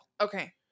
Okay